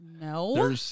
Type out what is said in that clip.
no